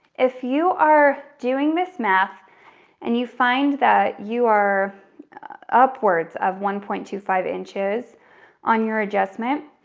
if you are doing this math and you find that you are upwards of one point two five inches on your adjustment,